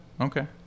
Okay